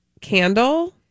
candle